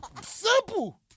Simple